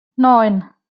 neun